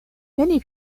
many